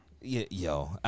Yo